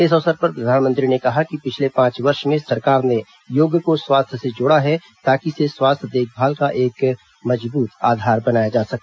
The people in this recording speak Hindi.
इस अवसर पर प्रधानमंत्री ने कहा कि पिछले पांच वर्ष में सरकार ने योग को स्वास्थ्य से जोड़ा है ताकि इसे स्वास्थ्य देखभाल का एक मजबूत आधार बनाया जा सके